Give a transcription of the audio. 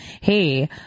hey